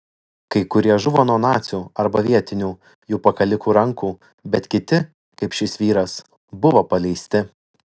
kai kurie žuvo nuo nacių arba vietinių jų pakalikų rankų bet kiti kaip šis vyras buvo paleisti